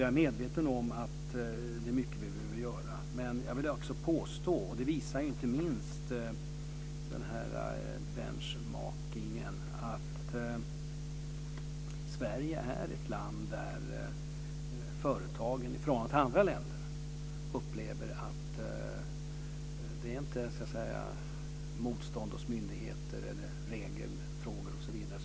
Jag är medveten om att det är mycket som vi behöver göra. Men jag vill också påstå, vilket inte minst denna bench marking-studie visar, att Sverige är ett land, i förhållande till andra länder, där företagen upplever att det inte finns motstånd hos myndigheter när det gäller regelfrågor.